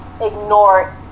ignore